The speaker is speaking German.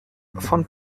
von